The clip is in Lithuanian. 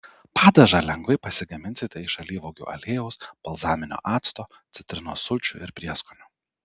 padažą lengvai pasigaminsite iš alyvuogių aliejaus balzaminio acto citrinos sulčių ir prieskonių